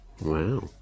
Wow